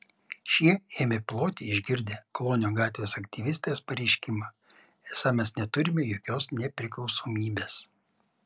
šie ėmė ploti išgirdę klonio gatvės aktyvistės pareiškimą esą mes neturime jokios nepriklausomybės